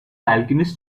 alchemist